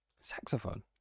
Saxophone